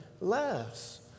less